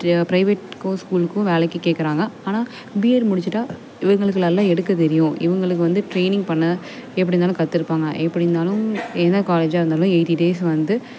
try private course ஸ்கூலுக்கும் வேலைக்கு கேட்குறாங்க ஆனால் பிஎட் முடிச்சுட்டா இவங்களுக்கு நல்லா எடுக்கத் தெரியும் இவங்களுக்கு வந்து ட்ரைனிங் பண்ண எப்படி இருந்தாலும் கற்றுருப்பாங்க எப்படி இருந்தாலும் என்ன காலேஜ்ஜாக இருந்தாலும் எய்ட்டி டேஸ் வந்து